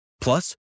Plus